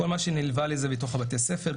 כל מה שנלווה לזה בתוך בתי הספר,